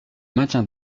maintiens